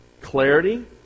clarity